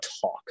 talk